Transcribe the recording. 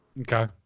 Okay